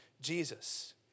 Jesus